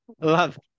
love